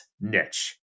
niche